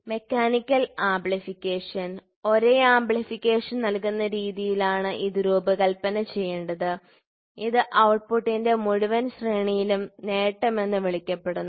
mechanical amplification ഒരേ amplification നൽകുന്ന രീതിയിലാണ് ഇത് രൂപകൽപ്പന ചെയ്യേണ്ടത് ഇത് ഔട്ട്പുട്ടിന്റെ മുഴുവൻ ശ്രേണിയിലും നേട്ടം എന്ന് വിളിക്കപ്പെടുന്നു